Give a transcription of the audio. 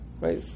right